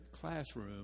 classroom